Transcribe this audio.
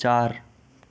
चार